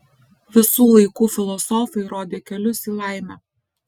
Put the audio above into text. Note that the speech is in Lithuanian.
visų laikų filosofai rodė kelius į laimę